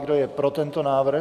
Kdo je pro tento návrh?